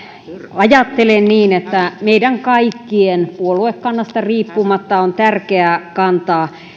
ajattelen niin että meidän kaikkien puoluekannasta riippumatta on tärkeää kantaa